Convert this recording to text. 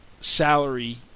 salary